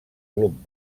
club